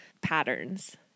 patterns